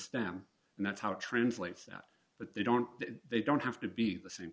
stem and that's how it translates that but they don't they don't have to be the same